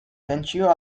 tentsio